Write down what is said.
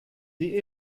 die